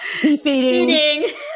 defeating